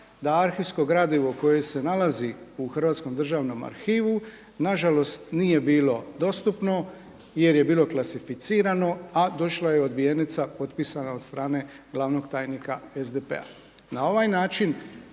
da arhivsko gradivo koje se nalazi u Hrvatskom državnom arhivu nažalost nije bilo dostupno jer je bilo klasificirano, a došla je odbijenica potpisana od strane glavnog tajnika SDP-a. Na ovaj način